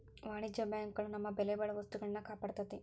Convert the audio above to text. ವಾಣಿಜ್ಯ ಬ್ಯಾಂಕ್ ಗಳು ನಮ್ಮ ಬೆಲೆಬಾಳೊ ವಸ್ತುಗಳ್ನ ಕಾಪಾಡ್ತೆತಿ